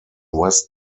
west